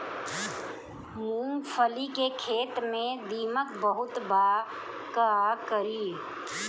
मूंगफली के खेत में दीमक बहुत बा का करी?